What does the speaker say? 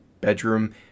bedroom